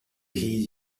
heed